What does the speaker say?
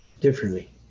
differently